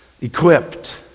equipped